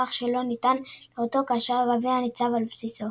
כך שלא ניתן לראותו כאשר הגביע ניצב על בסיסו.